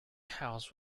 house